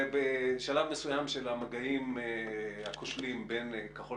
בשלב מסוים של המגעים הכושלים בין כחול